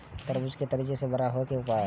तरबूज के तेजी से बड़ा होय के उपाय?